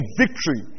victory